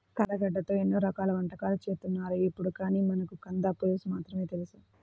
కందగడ్డతో ఎన్నో రకాల వంటకాలు చేత్తన్నారు ఇప్పుడు, కానీ మనకు కంద పులుసు మాత్రమే తెలుసు